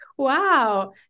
Wow